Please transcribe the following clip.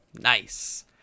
nice